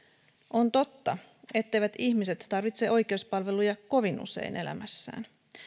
on totta etteivät ihmiset tarvitse oikeuspalveluja kovin usein elämässään